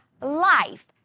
life